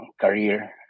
career